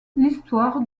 l’histoire